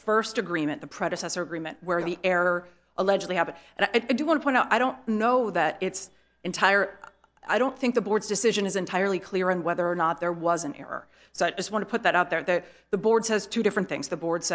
first agreement the predecessor agreement where the error allegedly happened and i do want to point out i don't know that it's entire i don't think the board's decision is entirely clear on whether or not there was an error so i just want to put that out there that the board says two different things the board